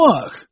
work